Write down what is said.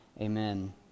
Amen